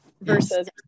versus